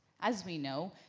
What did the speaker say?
as we know,